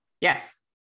Yes